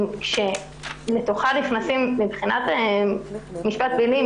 מבחינת משפט פלילי,